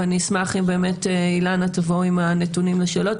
ואני אשמח אם באמת אילנה תבוא עם הנתונים לשאלות,